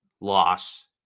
loss